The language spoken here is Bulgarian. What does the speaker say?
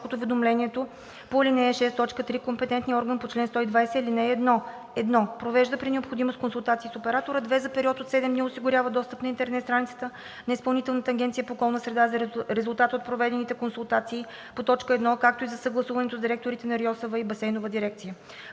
от уведомяването по ал. 6, т. 3 компетентният орган по чл. 120, ал. 1: 1. провежда при необходимост консултации с оператора; 2. за период от 7 дни осигурява достъп на интернет страницата на Изпълнителната агенция по околна среда за резултата от проведените консултации по т. 1, както и от съгласуването с директорите на РИОСВ и басейнова дирекция.“